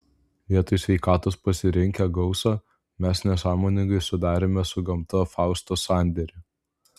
vietoj sveikatos pasirinkę gausą mes nesąmoningai sudarėme su gamta fausto sandėrį